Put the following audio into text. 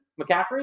McCaffrey